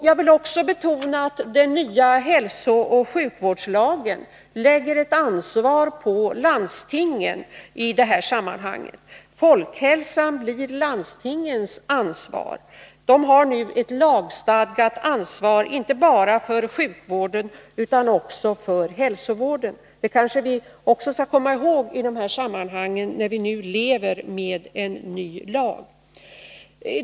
Jag vill också betona att den nya hälsooch sjukvårdslagen i detta sammanhang lägger ett ansvar på landstingen. Folkhälsan blir landstingens sak. De har nu ett lagstadgat ansvar inte bara för sjukvården utan också för hälsovården. Detta bör vi kanske komma ihåg i de här sammanhangen.